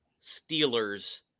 Steelers